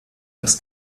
das